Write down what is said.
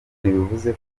ntibivuze